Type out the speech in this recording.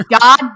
god